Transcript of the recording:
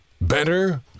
Better